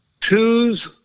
twos